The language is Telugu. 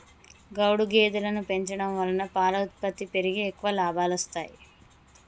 గౌడు గేదెలను పెంచడం వలన పాల ఉత్పత్తి పెరిగి ఎక్కువ లాభాలొస్తాయి